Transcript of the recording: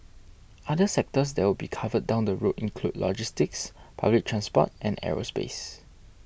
other sectors that will be covered down the road include logistics public transport and aerospace